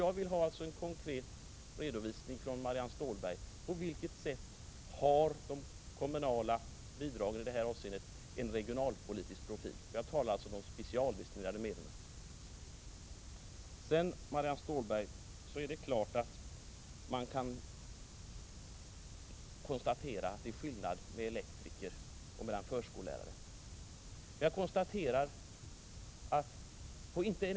Jag vill alltså ha en konkret redovisning av Marianne Stålberg av på vilket sätt de kommunala bidragen i det här avseendet har regionalpolitisk profil. Jag talar alltså om de specialdestinerade medlen. Sedan är det klart att man kan konstatera att det är skillnad mellan elektriker och förskollärare, Marianne Stålberg.